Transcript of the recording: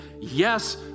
Yes